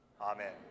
Amen